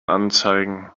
anzeigen